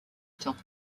temps